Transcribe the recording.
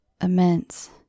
immense